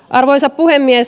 arvoisa puhemies